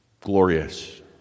glorious